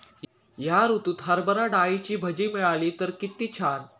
या ऋतूत हरभरा डाळीची भजी मिळाली तर कित्ती छान